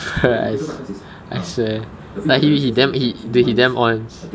christ I swear like he damn he he damn onz